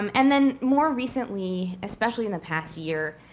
um and then more recently, especially in the past year,